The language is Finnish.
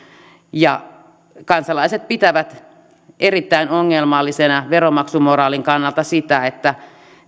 kansalaiset pitävät erittäin ongelmallisena veronmaksumoraalin kannalta sitä että